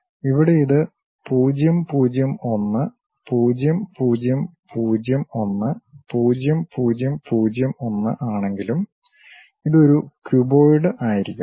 ഇവിടെ ഇത് 0 0 1 0 0 0 1 0 0 0 1 ആണെങ്കിലും ഇത് ഒരു ക്യൂബോയിഡ് ആയിരിക്കാം